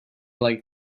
like